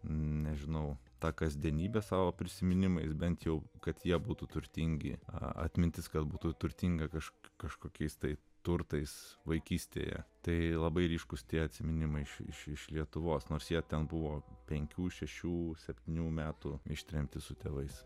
nežinau tą kasdienybę savo prisiminimais bent jau kad jie būtų turtingi atmintis gal būtų turtinga kažką kažkokiais tai turtais vaikystėje tai labai ryškūs tie atsiminimai iš iš lietuvos nors jie ten buvo penkių šešių septynių metų ištremti su tėvais